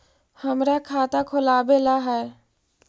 हमरा खाता खोलाबे ला है?